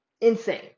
Insane